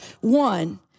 one